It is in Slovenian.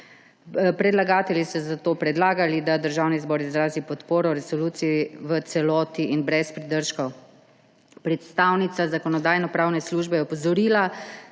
Predlagatelji so zato predlagali, da Državni zbor izrazi podporo resoluciji v celoti in brez pridržkov. Predstavnica Zakonodajno-pravne službe je opozorila,